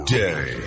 day